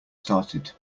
started